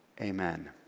amen